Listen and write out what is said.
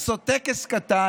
לעשות טקס קטן,